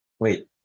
wait